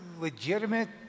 legitimate